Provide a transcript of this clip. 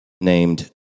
named